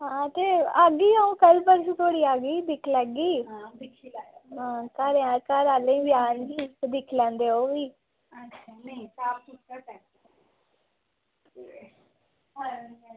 आं ते आह्गी अंऊ तैलूं धोड़ी आई ते दिक्खी लैगी घर आह्ले बी आंदे ते दिक्खी लैंदे ओह्बी